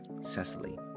Cecily